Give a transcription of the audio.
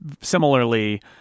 Similarly